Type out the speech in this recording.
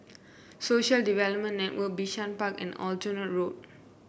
Social Development Network Bishan Park and Aljunied Road